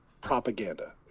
propaganda